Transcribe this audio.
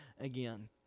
again